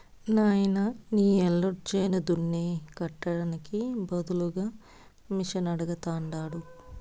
నాయనా నీ యల్లుడు చేను దున్నే కట్టానికి బదులుగా మిషనడగతండాడు